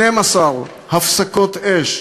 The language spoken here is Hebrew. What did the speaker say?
12 הפסקות אש,